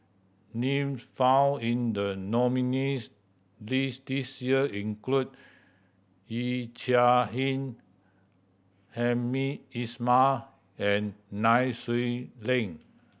names found in the nominees' list this year include Yee Chia Hsing Hamed Ismail and Nai Swee Leng